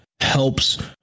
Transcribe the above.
helps